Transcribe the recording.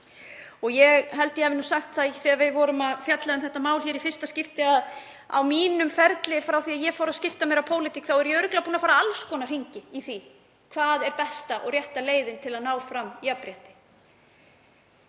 Ég held ég hafi sagt það, þegar við vorum að fjalla um þetta mál í fyrsta skipti, að á mínum ferli, frá því að ég fór að skipta mér af pólitík, þá er ég örugglega búin að fara í alls konar hringi í því hvað sé besta og rétta leiðin til að ná fram jafnrétti.